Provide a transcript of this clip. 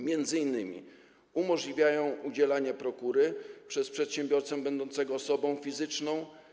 Między innymi umożliwiają udzielanie prokury przez przedsiębiorcę będącego osobą fizyczną.